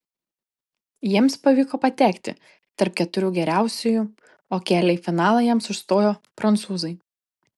jiems pavyko patekti tarp keturių geriausiųjų o kelią į finalą jiems užstojo prancūzai